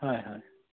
হয় হয়